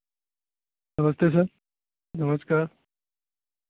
नमस्ते सर नमस्कार